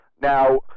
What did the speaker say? Now